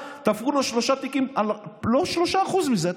תפרו לו שלושה תיקים על לא 3% מזה,